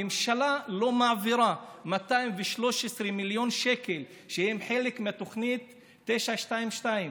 הממשלה לא מעבירה 213 מיליון שקל שהם חלק מתוכנית 922,